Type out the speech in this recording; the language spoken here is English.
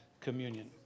communion